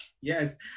yes